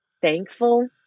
thankful